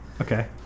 okay